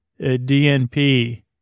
DNP